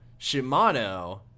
shimano